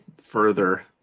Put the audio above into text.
further